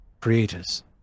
creators